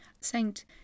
Saint